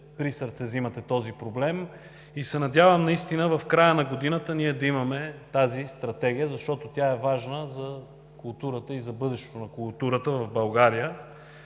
присърце този проблем. Надявам се наистина в края на годината да имаме тази Стратегия, защото е важна за културата, за бъдещето на културата в България.